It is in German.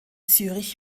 zürich